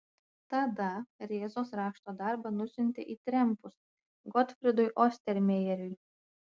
tada rėzos rašto darbą nusiuntė į trempus gotfrydui ostermejeriui